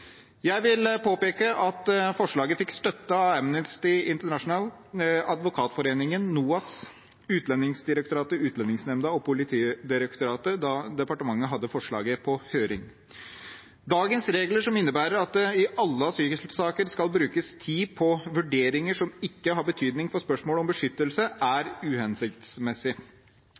Jeg vil påpeke at forslaget fikk støtte av Amnesty International, Advokatforeningen, NOAS, Utlendingsdirektoratet, Utlendingsnemnda og Politidirektoratet da departementet hadde forslaget på høring. Dagens regler, som innebærer at det i alle asylsaker skal brukes tid på vurderinger som ikke har betydning for spørsmålet om beskyttelse, er